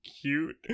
cute